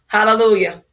Hallelujah